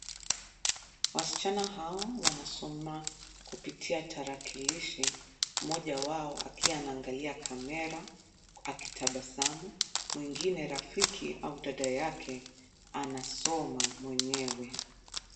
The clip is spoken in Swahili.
Wasichana hao wanasoma kupitia tarakilishi ,mmoja wao akiwa anaangalia kamera akitabasamu mwingine rafiki au dada yake anasoma mwenyewe.